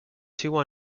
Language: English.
two